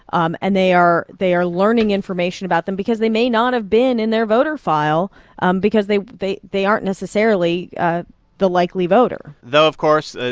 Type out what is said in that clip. um and they are they are learning information about them because they may not have been in their voter file um because they they aren't necessarily ah the likely voter though of course,